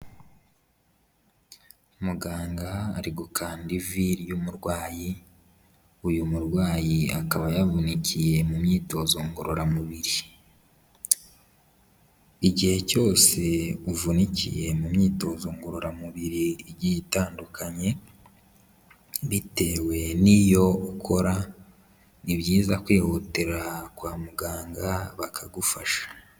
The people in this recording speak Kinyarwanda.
Muganga ari gukanda ivi ry'umurwayi, uyu murwayi akaba yavunikiye mu myitozo ngororamubiri. Igihe cyose uvunikiye mu myitozo ngororamubiri igiye itandukanye, bitewe n'iyo ukora, ni byiza kwihutira kwa muganga bakagufasha.